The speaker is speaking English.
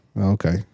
Okay